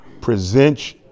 present